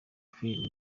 faïd